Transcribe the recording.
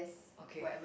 okay